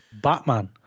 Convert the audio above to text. batman